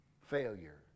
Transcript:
failure